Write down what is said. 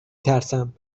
ترسم